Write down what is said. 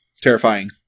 Terrifying